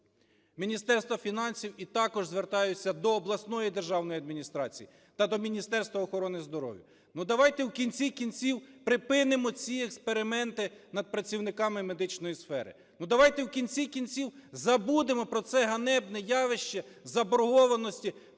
Міністерства фінансів і також звертаюся до обласної державної адміністрації та до Міністерства охорони здоров'я. Ну, давайте, в кінці-кінців, припинимо ці експерименти над працівниками медичної сфери. Ну, давайте, в кінці-кінців, забудемо про це ганебне явище заборгованості